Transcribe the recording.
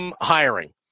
hiring